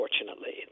unfortunately